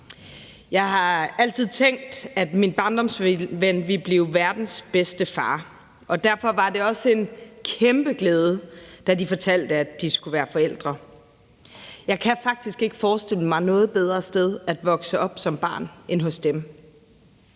Jeg har altid tænkt, at min barndomsven ville blive verdens bedste far, og derfor var det også en kæmpe glæde, da de fortalte, at de skulle være forældre. Jeg kan faktisk ikke forestille mig noget bedre sted at vokse op som barn end hos dem.